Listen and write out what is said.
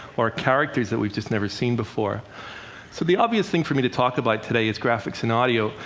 or characters that we've just never seen before. so the obvious thing for me to talk about today is graphics and audio.